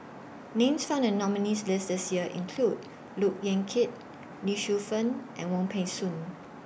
Names found in The nominees' list This Year include Look Yan Kit Lee Shu Fen and Wong Peng Soon